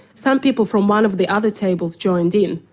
some people from one of the other tables joined in.